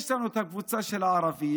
יש לנו את הקבוצה של הערבים,